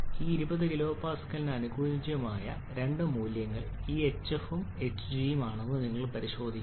ഈ 20 kPa ന് അനുയോജ്യമായ രണ്ട് മൂല്യങ്ങൾ ഈ hf ഉം hg ഉം ആണെന്ന് നിങ്ങൾ പരിശോധിക്കണം